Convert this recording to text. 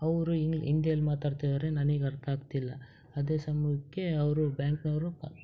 ಅವರು ಹಿಂಗ್ ಹಿಂದಿಯಲ್ ಮಾತಾಡ್ತಿದ್ದಾರೆ ನನಗ್ ಅರ್ಥ ಆಗ್ತಿಲ್ಲ ಅದೇ ಸಮ್ಯಕ್ಕೆ ಅವರು ಬ್ಯಾಂಕ್ನವರು